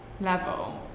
level